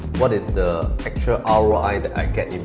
what is the actual ah roi that i get